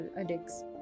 addicts